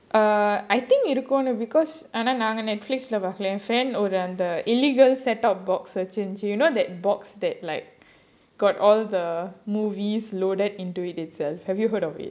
err I think இருக்கும்னு:irukkumnu because நாங்க:naanga Netflix பார்க்கல:paarkkala illegal set up box வச்சி:vachi you know that box that like got all the movies loaded into it itself have you heard of it